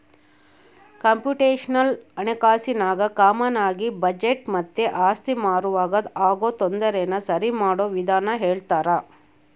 computational ಹಣಕಾಸಿನಾಗ ಕಾಮಾನಾಗಿ budget ಮತ್ತೆ ಆಸ್ತಿ ಮಾರುವಾಗ ಆಗೋ ತೊಂದರೆನ ಸರಿಮಾಡೋ ವಿಧಾನ ಹೇಳ್ತರ